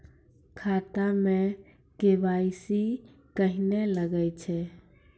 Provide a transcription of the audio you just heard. खाता मे के.वाई.सी कहिने लगय छै?